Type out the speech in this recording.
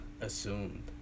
assumed